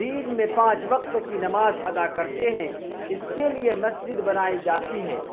دین میں پانچ وقت کی نماز ادا کرتے ہیں اس کے لیے مسجد بنائی جاتی ہے